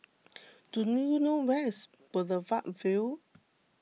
do you know where is Boulevard Vue